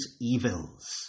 evils